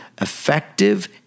effective